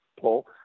pull